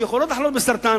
שיכולות לחלות בסרטן,